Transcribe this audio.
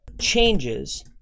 changes